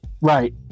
right